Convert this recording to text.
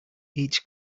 each